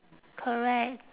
correct